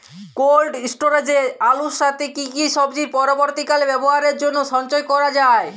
Cold স্টোরেজে আলুর সাথে কি কি সবজি পরবর্তীকালে ব্যবহারের জন্য সঞ্চয় করা যায়?